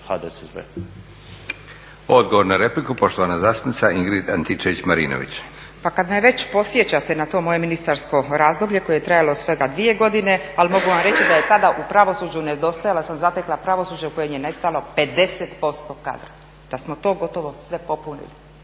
(SDP)** Odgovor na repliku poštovana zastupnika Ingrid Antičević-Marinović. **Antičević Marinović, Ingrid (SDP)** Pa kad me već podsjećate na to moje ministarsko razdoblje koje je trajalo svega dvije godine, ali mogu vam reći da je tada u pravosuđu nedostajala, jer sam zatekla pravosuđe u kojem je nestalo 50% kadra. Da smo to gotovo sve popunili